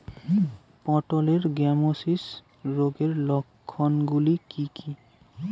পটলের গ্যামোসিস রোগের লক্ষণগুলি কী কী?